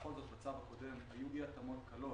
בכל זאת בצו הקודם היו אי-התאמות קלות